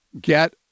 get